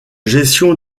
gestion